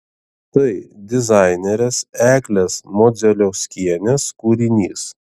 tai dizainerės eglės modzeliauskienės kūrinys